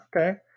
okay